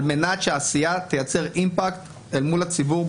מנת שהעשייה תייצר אימפקט אל מול הציבור,